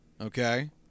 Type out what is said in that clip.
okay